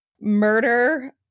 murder